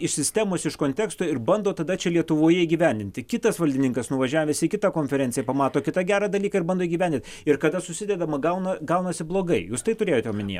iš sistemos iš konteksto ir bando tada čia lietuvoje įgyvendinti kitas valdininkas nuvažiavęs į kitą konferenciją pamato kitą gerą dalyką ir bando įgyvendint ir kada susidedame gauna gaunasi blogai jūs tai turėjote omenyje